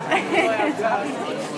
גברתי.